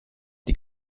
die